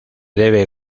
debe